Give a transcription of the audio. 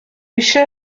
eisiau